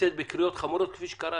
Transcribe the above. לצאת בקריאות חמורות כפי שקראתי.